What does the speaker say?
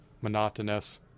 monotonous